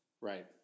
Right